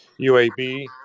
UAB